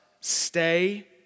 stay